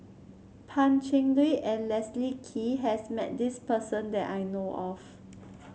Pan Cheng Lui and Leslie Kee has met this person that I know of